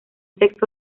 sexo